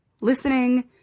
listening